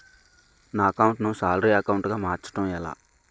నా అకౌంట్ ను salary account గా మార్చటం ఎలా?